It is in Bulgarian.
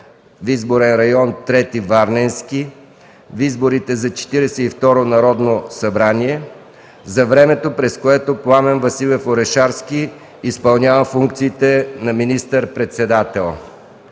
в изборен район 03. Варненски в изборите за Четиридесет и второ Народно събрание, за времето, през което Пламен Василев Орешарски изпълнява функциите на министър-председател.